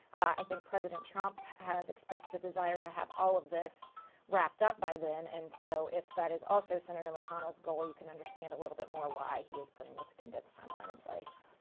i think president trump has expressed a desire to have all of this wrapped up by then. and so, if that is also senator mcconnell school, you could understand a little bit more why he is putting this condensed timeline in place.